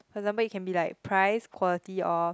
for example it can be like price quality or